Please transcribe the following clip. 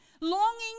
longing